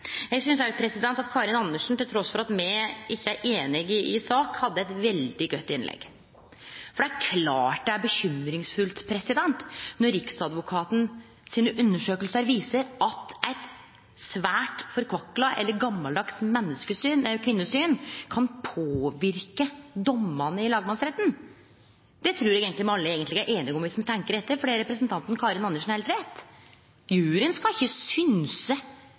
Eg synest òg at Karin Andersen, til tross for at me ikkje er einige i sak, hadde eit veldig godt innlegg, for det er klart det er bekymringsfullt når undersøkingane til Riksadvokaten viser at eit svært forkvakla eller gamaldags kvinnesyn kan påverke dommane i lagmannsretten. Det trur eg eigentleg alle er einige om viss me tenkjer etter, for der har representanten Karin Andersen heilt rett. Juryen skal ikkje synse